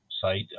site